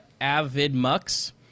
AvidMux